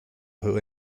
who